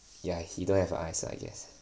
ya he don't have eyes I guess